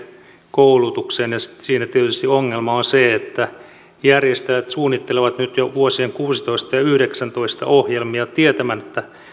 koulutukseen ja siinä tietysti ongelma on se että järjestäjät suunnittelevat nyt jo vuosien kuusitoista viiva yhdeksäntoista ohjelmia tietämättä